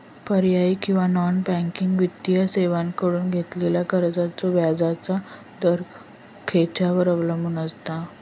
पर्यायी किंवा non banking वित्तीय सेवांकडसून घेतलेल्या कर्जाचो व्याजाचा दर खेच्यार अवलंबून आसता?